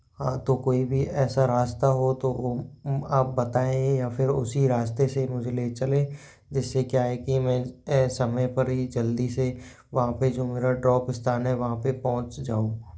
हाँ तो कोई भी ऐसा रास्ता हो तो ओ आप बताएं या फिर उसी रास्ते से मुझे ले चलें जिससे क्या है कि मैं समय पर ही जल्दी से वहाँ पे जो मेरा ड्रॉप स्थान है वहाँ पे पहुंच जाऊं